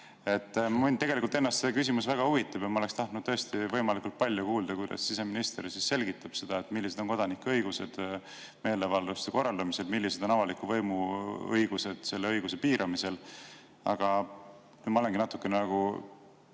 Mind tegelikult ennast see küsimus väga huvitab ja ma oleksin tahtnud tõesti võimalikult palju kuulda, kuidas siseminister selgitab seda, millised on kodanike õigused meeleavalduste korraldamisel, millised on avaliku võimu õigused selle õiguse piiramisel. Aga ma olengi natuke nagu